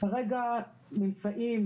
כרגע נמצאים